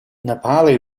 nepali